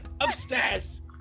Upstairs